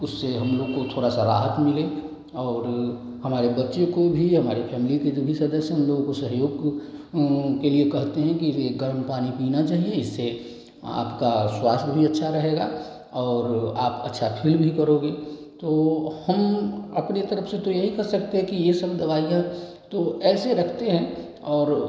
उससे हम लोग को थोड़ा सा राहत मिले और हमारे बच्चे को भी हमारी फेमिली के जो भी सदस्य हैं उन लोगों को सहयोग के लिए कहते हैं कि वे गर्म पानी पीना चाहिए इससे आपका स्वास्थ भी अच्छा रहेगा और आप अच्छा फील भी करोगे तो हम अपने तरफ़ से तो यही कर सकते है कि ये सब दवाइयाँ तो ऐसे रखते हैं और